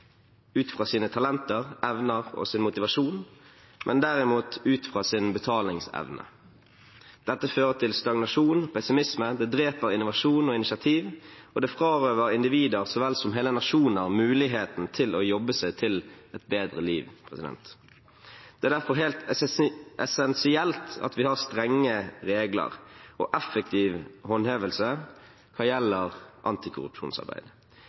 ut fra sine talenter, evner og sin motivasjon, men derimot ut fra sin betalingsevne. Dette fører til stagnasjon og pessimisme, det dreper innovasjon og initiativ, og det frarøver individer, så vel som hele nasjoner, muligheten til å jobbe seg til et bedre liv. Det er derfor helt essensielt at vi har strenge regler og effektiv håndhevelse hva gjelder antikorrupsjonsarbeid.